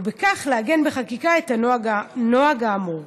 ובכך לעגן בחקיקה את הנוהג האמור.